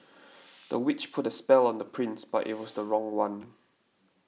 the witch put a spell on the prince but it was the wrong one